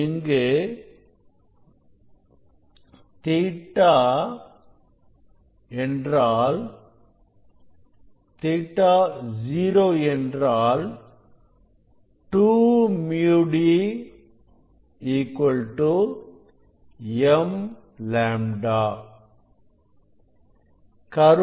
இங்கு theta 0 என்றால் 2 µ d m λ